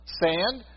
sand